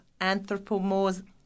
anthropomorphism